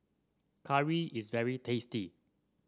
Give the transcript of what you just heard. curry is very tasty